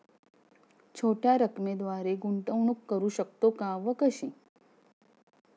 छोट्या रकमेद्वारे गुंतवणूक करू शकतो का व कशी?